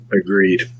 agreed